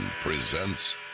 presents